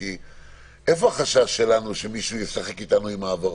מה החשש שמישהו ישחק אתנו עם ההעברות?